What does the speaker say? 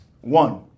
one